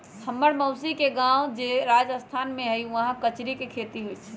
हम्मर मउसी के गाव जे राजस्थान में हई उहाँ कचरी के खेती होई छई